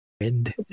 wind